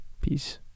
Peace